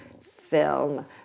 film